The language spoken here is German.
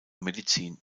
medizin